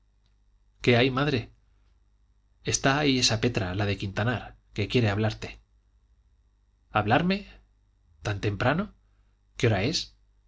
qué hay madre está ahí esa petra la de quintanar que quiere hablarte hablarme tan temprano qué hora es